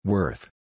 Worth